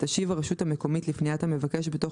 תשיב הרשות המקומית לפניית המבקש בתוך